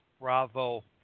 Bravo